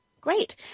Great